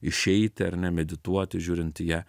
išeiti ar ne medituoti žiūrint į ją